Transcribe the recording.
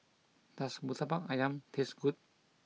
does Murtabak Ayam taste good